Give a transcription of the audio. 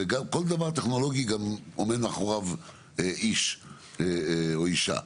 וגם כל דבר טכנולוגי גם עומד מאחוריו איש או אישה.